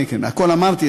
כן כן, אמרתי.